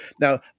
Now